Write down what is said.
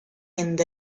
and